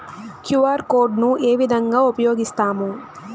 QR code ను ఏ విధంగా ఉపయగిస్తాము?